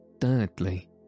Thirdly